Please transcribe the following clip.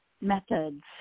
methods